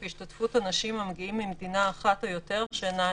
והשתתפות אנשים המגיעים ממדינה אחת או יותר שאינה ישראל.